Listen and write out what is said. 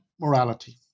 morality